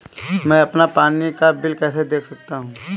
मैं अपना पानी का बिल कैसे देख सकता हूँ?